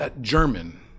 German